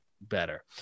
better